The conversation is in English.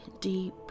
deep